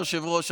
היושב-ראש,